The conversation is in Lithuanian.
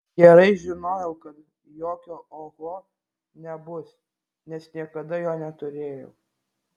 gerai žinojau kad jokio oho nebus nes niekada jo neturėjau